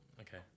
Okay